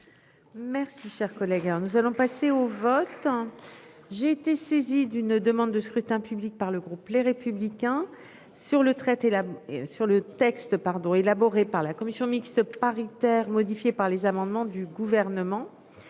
Merci cher collègue. Alors nous allons passer au vote en j'ai été saisi. Une demande de scrutin public par le groupe Les Républicains sur le traité là et sur le texte pardon élaboré par la commission mixte paritaire modifié par les amendements du gouvernement.